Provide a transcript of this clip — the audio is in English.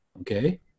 Okay